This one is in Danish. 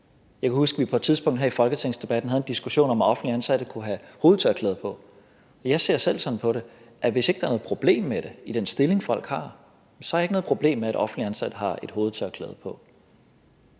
Jeg kan huske, at vi på et tidspunkt her i folketingsdebatten havde en diskussion, om offentligt ansatte kunne have hovedtørklæde på. Og jeg ser selv sådan på det, at hvis der ikke er noget problem med det i den stilling, som folk har, har jeg ikke noget problem med, at offentligt ansatte har et hovedtørklæde på.